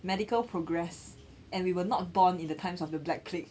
medical progress and we were not born in the times of the black plague